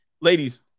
ladies